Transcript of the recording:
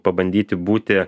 pabandyti būti